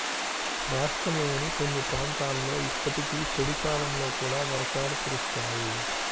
రాష్ట్రంలోని కొన్ని ప్రాంతాలలో ఇప్పటికీ పొడి కాలంలో కూడా వర్షాలు కురుస్తాయి